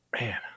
Man